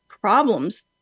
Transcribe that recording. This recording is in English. problems